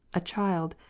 a child,